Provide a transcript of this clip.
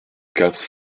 quatre